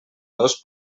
dos